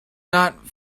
not